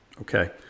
Okay